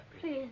Please